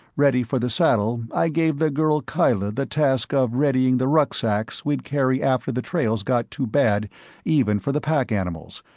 ready for the saddle, i gave the girl kyla the task of readying the rucksacks we'd carry after the trails got too bad even for the pack animals,